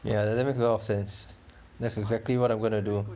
ya that makes a lot of sense that's exactly what I'm gonna do